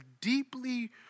deeply